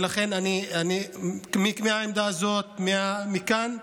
ולכן, מהעמדה הזאת, מכאן,